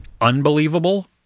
unbelievable